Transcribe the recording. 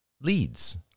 leads